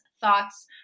thoughts